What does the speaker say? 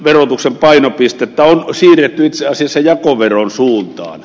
verotuksen painopistettä on siirretty itse asiassa jakoveron suuntaan